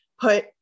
put